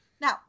Now